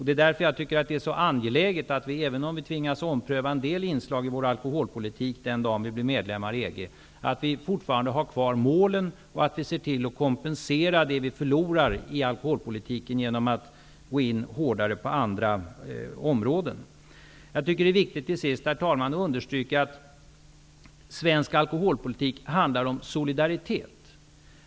Det är därför jag tycker att det är angeläget att vi, även om vi tvingas ompröva en del inslag i vår alkoholpolitik den dag Sverige blir medlem i EG, fortfarande har kvar målen och att vi ser till att kompensera det vi förlorar på alkoholpolitikens område genom att vara hårdare på andra områden. Till sist, herr talman, vill jag säga att jag tycker att det är viktigt att understryka att svensk alkoholpolitik handlar om solidaritet.